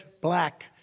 black